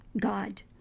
God